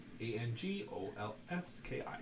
A-N-G-O-L-S-K-I